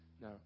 No